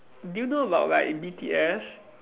do you know about like B_T_S